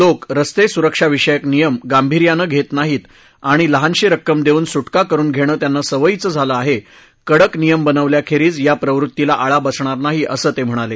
लोक रस्ते सुरक्षाविषयक नियम गांभीर्यानं घेत नाहीत आणि लहानशी रक्कम देऊन सुद्धित करून घेणं त्यांना सवयीचं झालं आहे कडक नियम बनवल्याखेरीज या प्रवृत्तीला आळा बसणार नाही असं ते म्हणाले